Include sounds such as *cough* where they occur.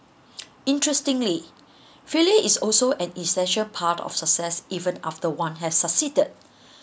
interestingly failure is also an essential part of success even after one has succeeded *breath*